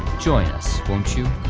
join us, won't you?